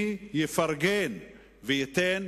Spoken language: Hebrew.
מי יפרגן וייתן